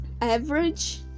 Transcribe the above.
average